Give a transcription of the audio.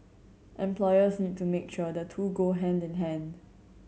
employers need to make sure the two go hand in hand